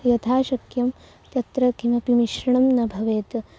यथाशक्यं तत्र किमपि मिश्रणं न भवेत्